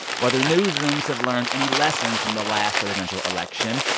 whether newsrooms have learned any lessons from the last presidential election,